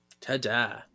Ta-da